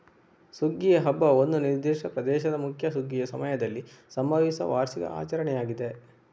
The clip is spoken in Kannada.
ಸುಗ್ಗಿಯ ಹಬ್ಬವು ಒಂದು ನಿರ್ದಿಷ್ಟ ಪ್ರದೇಶದ ಮುಖ್ಯ ಸುಗ್ಗಿಯ ಸಮಯದಲ್ಲಿ ಸಂಭವಿಸುವ ವಾರ್ಷಿಕ ಆಚರಣೆಯಾಗಿದೆ